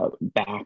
back